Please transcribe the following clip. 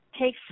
take